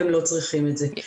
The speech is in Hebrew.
הם לא צריכים את זה.